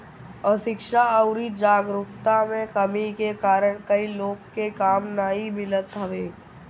अशिक्षा अउरी जागरूकता में कमी के कारण कई लोग के काम नाइ मिलत हवे